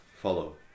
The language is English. follow